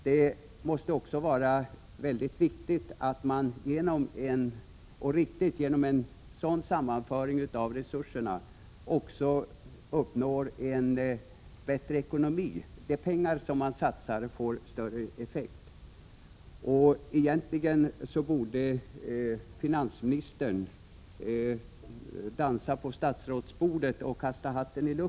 Det måste också vara väldigt viktigt — och riktigt — att man genom en sådan sammanföring av resurserna även uppnår en bättre ekonomi, att de pengar som man satsar får större effekt. Egentligen borde finansministern dansa på statsrådsbordet och kasta hatten i luften inför ett Prot.